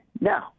No